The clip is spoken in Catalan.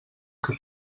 que